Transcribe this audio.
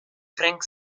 frank